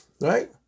Right